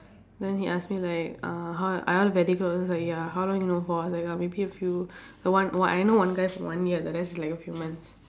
then he ask me like uh how I ask very close then he's like ya how long you known for I was like uh like maybe a few the one one I know one guy for one year the rest is like a few months